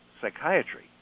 psychiatry